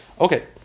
okay